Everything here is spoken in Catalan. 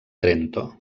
trento